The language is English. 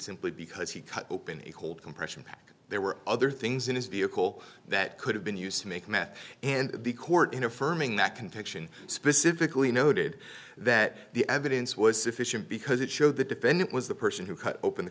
simply because he cut open a cold compression pack there were other things in his vehicle that could have been used to make meth and the court in affirming that conviction specifically noted that the evidence was sufficient because it showed the defendant was the person who cut open the